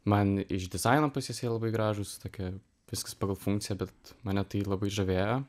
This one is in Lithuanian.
man iš dizaino pusės jie labai gražūs tokie viskas pagal funkciją bet mane tai labai žavėjo